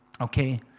Okay